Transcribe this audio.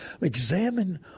Examine